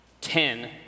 Ten